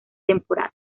temporal